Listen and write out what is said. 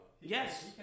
Yes